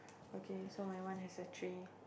okay so my one has a tree